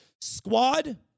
Squad